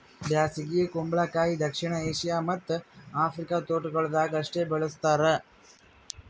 ಬ್ಯಾಸಗಿ ಕುಂಬಳಕಾಯಿ ದಕ್ಷಿಣ ಏಷ್ಯಾ ಮತ್ತ್ ಆಫ್ರಿಕಾದ ತೋಟಗೊಳ್ದಾಗ್ ಅಷ್ಟೆ ಬೆಳುಸ್ತಾರ್